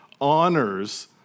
honors